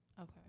Okay